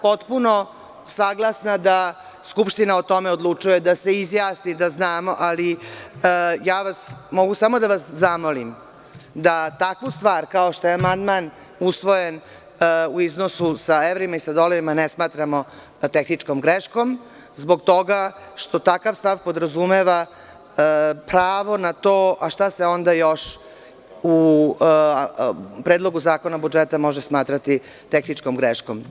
Potpuno sam saglasna da Skupština o tome odlučuje, da se izjasni da znamo, ali mogu samo da vas zamolim da takvu stvar, kao što je amandman usvojen u iznosu sa evrima i sa dolarima, ne smatramo tehničkom greškom zbog toga što takav stav podrazumeva pravo na to, a šta se onda još u Predlogu zakona o budžetu može smatrati tehničkom greškom.